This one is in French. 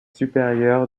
supérieur